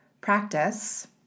practice